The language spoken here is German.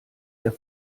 der